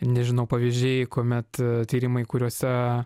nežinau pavyzdžiai kuomet tyrimai kuriuose